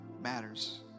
Matters